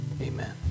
Amen